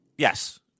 Yes